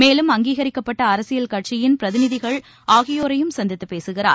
மேலும் அங்கீகரிக்கப்பட்ட அரசியல் கட்சியின் பிரதிநிதிகள் ஆகியோரையும் சந்தித்து பேசுகிறார்